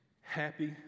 Happy